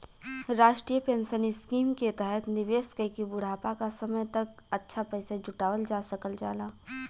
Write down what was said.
राष्ट्रीय pension scheme के तहत निवेश कइके बुढ़ापा क समय तक अच्छा पैसा जुटावल जा सकल जाला